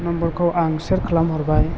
नम्बरखौ आं सेर खालामहरबाय